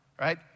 right